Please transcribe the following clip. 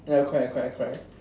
ya correct correct correct